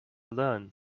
learn